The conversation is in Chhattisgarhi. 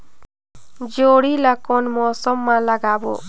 जोणी ला कोन मौसम मा लगाबो?